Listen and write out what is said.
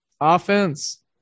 offense